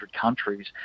countries